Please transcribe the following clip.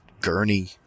gurney